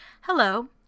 Hello